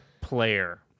player